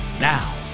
Now